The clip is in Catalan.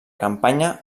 campanya